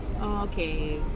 okay